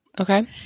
Okay